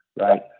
right